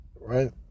Right